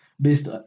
based